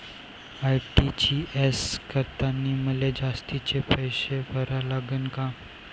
RTGS करतांनी मले जास्तीचे पैसे भरा लागन का?